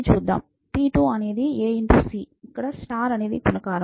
ఇక్కడ స్టార్ అనేది గుణకారం